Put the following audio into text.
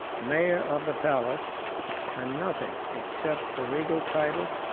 mayor of the palace and nothing, except the regal title,